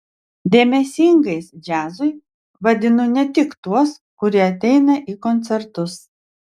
dėmesingais džiazui vadinu ne tik tuos kurie ateina į koncertus